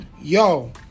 yo